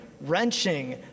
wrenching